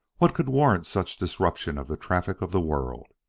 what could warrant such disruption of the traffic of the world?